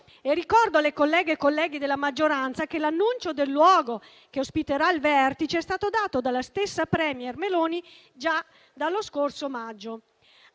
Ricordo alle colleghe e ai colleghi della maggioranza che l'annuncio del luogo che ospiterà il Vertice è stato dato dalla stessa *premier* Meloni già dallo scorso maggio.